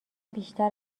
بیشتر